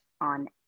on